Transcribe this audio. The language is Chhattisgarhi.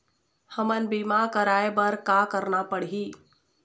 हमन बीमा कराये बर का करना पड़ही?